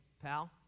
pal